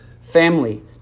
family